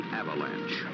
avalanche